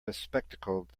bespectacled